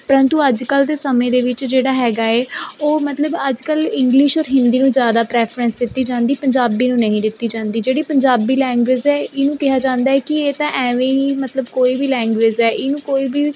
ਪਰੰਤੂ ਅੱਜ ਕੱਲ੍ਹ ਦੇ ਸਮੇਂ ਦੇ ਵਿੱਚ ਜਿਹੜਾ ਹੈਗਾ ਏ ਉਹ ਮਤਲਬ ਅੱਜ ਕੱਲ੍ਹ ਇੰਗਲਿਸ਼ ਔਰ ਹਿੰਦੀ ਨੂੰ ਜ਼ਿਆਦਾ ਪ੍ਰੈਫਰੈਂਸ ਦਿੱਤੀ ਜਾਂਦੀ ਪੰਜਾਬੀ ਨੂੰ ਨਹੀਂ ਦਿੱਤੀ ਜਾਂਦੀ ਜਿਹੜੀ ਪੰਜਾਬੀ ਲੈਂਗੁਏਜ ਹੈ ਇਹਨੂੰ ਕਿਹਾ ਜਾਂਦਾ ਏ ਕਿ ਇਹ ਤਾਂ ਐਵੇਂ ਹੀ ਮਤਲਬ ਕੋਈ ਵੀ ਲੈਂਗੁਏਜ ਹੈ ਇਹਨੂੰ ਕੋਈ ਵੀ